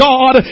God